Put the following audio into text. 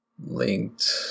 linked